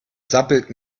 sabbelt